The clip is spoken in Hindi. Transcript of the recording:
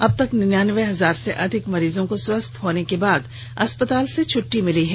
अबतक निन्यानबे हजार से अधिक मरीजों को स्वस्थ होने के बाद अस्पताल से छुट्टी मिली है